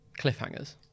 cliffhangers